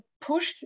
push